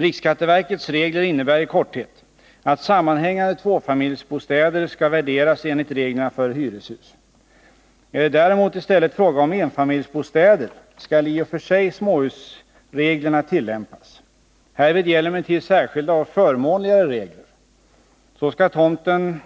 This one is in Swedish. Riksskatteverkets regler innebär i korthet att sammanhängande tvåfamiljsbostäder skall värderas enligt reglerna för hyreshus. Är det däremot i stället fråga om enfamiljsbostäder skall i och för sig småhusreglerna tillämpas. Härvid gäller emellertid särskilda och förmånligare regler. Så skall tomten